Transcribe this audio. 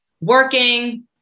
working